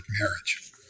Marriage